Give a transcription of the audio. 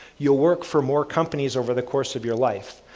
you'll work for more companies over the course of your life.